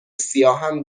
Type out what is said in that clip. سیاهم